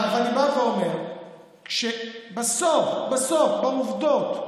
ואני בא ואומר שבסוף בסוף, בעובדות,